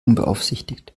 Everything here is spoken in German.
unbeaufsichtigt